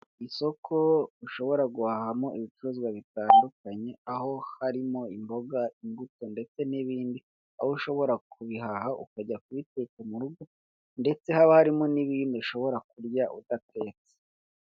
Isoko ushobora guhahamo ibicuruzwa bitandukanye aho harimo; imboga, imbuto ndetse n'ibindi; aho ushobora kubihaha ukajya kubiteka mu rugo ndetse haba harimo n'ibindi ushobora kurya udatetse.